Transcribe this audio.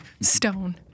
Stone